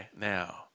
now